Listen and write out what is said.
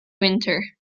winter